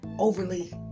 overly